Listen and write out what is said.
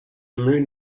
moon